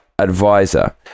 Advisor